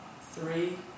three